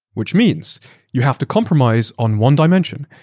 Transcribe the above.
which means you have to compromise on one dimension.